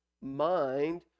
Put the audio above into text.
mind